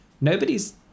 nobody's